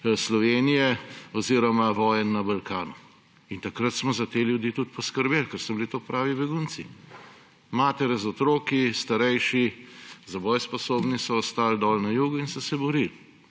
Slovenije oziroma vojn na Balkanu. In takrat smo za te ljudi tudi poskrbeli, ker so to bili pravi begunci. Matere z otroki, starejši; za boj sposobni so ostali dol na jugu in so se borili.